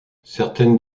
certaines